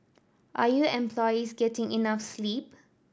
are your employees getting enough sleep